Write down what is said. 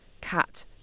cat